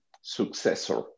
successor